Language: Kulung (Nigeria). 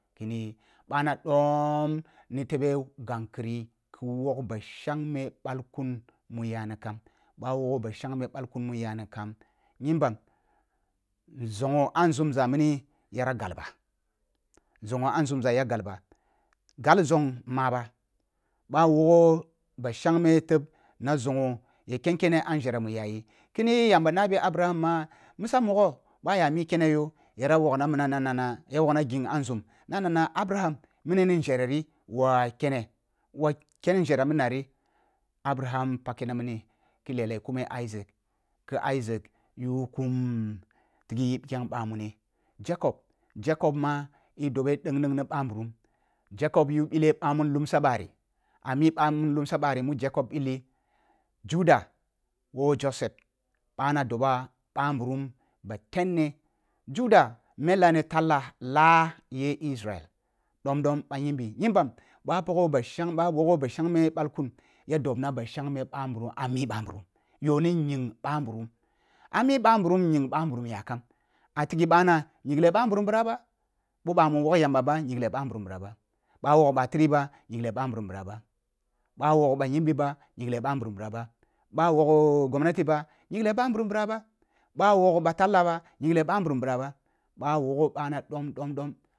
Kini yi ɓana dom ni tebe ghan kri ki wog ba shagme bəkun mu yani kam ba wogho ba shangme balkun mu yani kan nyimban zongho ah nzuuza mini yara gal ba zongho ah nzumza ya gual ba gal zong maba bah wogho ba shangme teb na zongho ya ken kene ah njere ma yayi kini yi yamba ne bi abraham man misa mogho ɓan ya mi kena yoh yara wogna minam nan na na mah ya wogna gwing ah nzum na na na abraham mini ni njere ri wa kene wa ken njere min nari abraham pakke na mini ki lela i kume isaac ki isaac yu kum biko ɓamune jacob – jacob ma i dobe deng ni ɓanburum jacob yu ɓile bamun um sa bari ah mi ɓamun kum shabari mu jacob ɓil ni ri judah woh joseph ɓana doba ɓanburum ba tenne judah mellah ni tallah lah ni isreal dom domi jimban ba’a pagho ba’a wogho ba shangme b’alku ya dobna ba shangme ɓa nburam ah mi ɓanburam yohni nying ɓanburum amil ɓanburum yohn nying ɓanburum ami ɓa nburu yinf banburum yakam ah tigho ɓana jinglen ɓangurum bira bal ɓoa ɓah mil wog yamba ba nyinglo ɓanburum ɓira ba ɓa wog ba firi ba nyingle ɓanburum bira ba ɓa wog ba nyimbi ba ngingle ɓanburum bira ba ba wogho gobnati ba nyingle ɓa ngurum bira ba ɓa wog ɓa taklkah ba nyingte ɓanburum ɓira ɓa ʒa wogho ɓana dom-dom-dom.